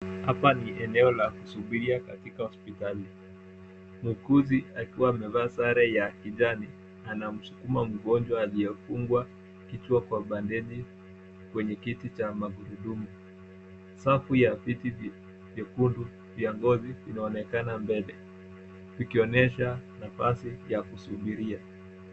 Hapa ni eneo la kusubiria katika hospitali. Muuguzi akiwa amevaa sare ya kijani anamsukuma mgonjwa aliyefungwa kichwa kwa bandeji kwenye kiti cha magurudumu. Safu ya viti vyekundu vya ngozi vinaonekana mbele vikionyesha nafasi ya kusubiria.